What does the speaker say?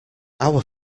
our